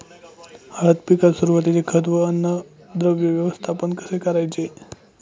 हळद पिकात सुरुवातीचे खत व अन्नद्रव्य व्यवस्थापन कसे करायचे?